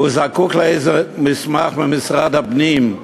והוא זקוק לאיזה מסמך ממשרד הפנים,